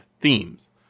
themes